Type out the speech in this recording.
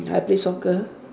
I play soccer